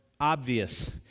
obvious